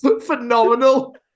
Phenomenal